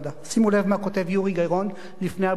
שימו לב מה כותב יורי גיא-רון לפני הבחירות: